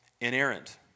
inerrant